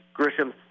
Grisham